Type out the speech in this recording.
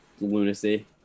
lunacy